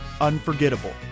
unforgettable